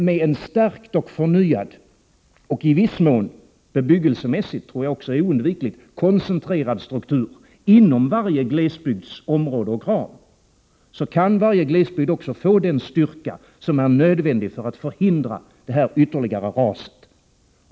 Med en stark och förnyad och — det är nog oundvikligt — i viss mån bebyggelsemässigt koncentrerad struktur inom varje glesbygds område och ram kan varje glesbygd också få den styrka som är nödvändig för att förhindra det ytterligare raset.